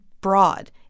broad